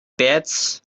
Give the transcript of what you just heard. beds